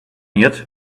yet